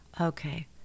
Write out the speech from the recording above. Okay